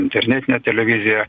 internetinė televizija